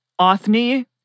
Othni